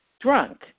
drunk